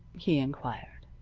he inquired.